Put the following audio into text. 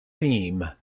theme